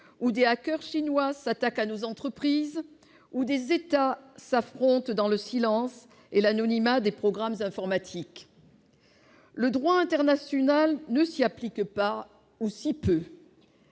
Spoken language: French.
où des chinois s'attaquent à nos entreprises, où des États s'affrontent dans le silence et l'anonymat des programmes informatiques. Le droit international ne s'y applique pas, ou si peu.